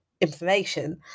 information